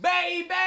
Baby